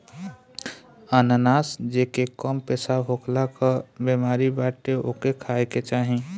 अनानास जेके कम पेशाब होखला कअ बेमारी बाटे ओके खाए के चाही